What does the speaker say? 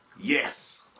Yes